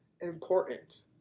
important